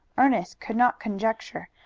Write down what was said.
ernest could not conjecture,